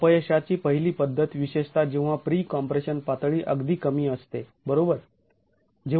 अपयशाची पहिली पद्धत विशेषतः जेव्हा प्री कॉम्प्रेशन पातळी अगदी कमी असते बरोबर